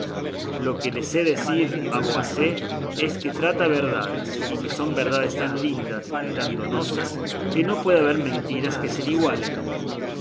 lo que le sé decir a voacé es que trata verdades y que son verdades tan lindas y tan donosas que no pueden haber mentiras que se le igualen